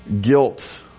guilt